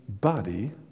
body